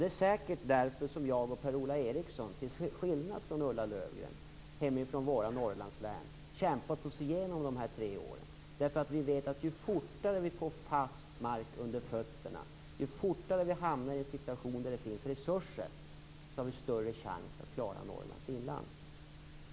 Det är säkert därför som jag och Per-Ola Eriksson, till skillnad från Ulla Löfgren, hemifrån våra Norrlandslän har kämpat oss igenom de här tre åren. Vi vet nämligen att så fort vi får fast mark under fötterna, så fort vi hamnar i en situation där det finns resurser, har vi större chans att klara Norrlands inland.